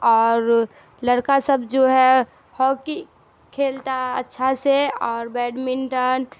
اور لڑکا سب جو ہے ہاکی کھیلتا ہے اچھا سے اور بیڈمنٹن